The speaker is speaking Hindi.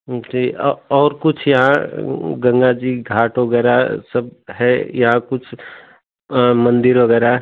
जी और कुछ यहाँ गंगा जी घाट वगैरह सब है या कुछ मंदिर वगैरह